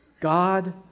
God